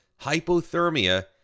hypothermia